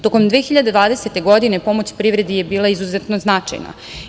Tokom 2020. godine pomoć privredi je bila izuzetno značajna.